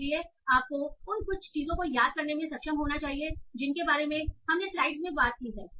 इसलिए आपको उन कुछ चीजों को याद करने में सक्षम होना चाहिए जिनके बारे में हमने स्लाइड में बात की है